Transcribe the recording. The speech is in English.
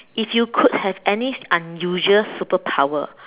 if you could have any unusual superpower